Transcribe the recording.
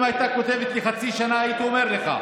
אם היא הייתה כותבת לי "חצי שנה", הייתי אומר לך.